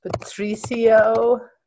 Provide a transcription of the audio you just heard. patricio